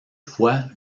fois